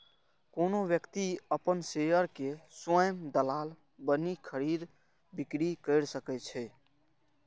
कोनो व्यक्ति अपन शेयर के स्वयं दलाल बनि खरीद, बिक्री कैर सकै छै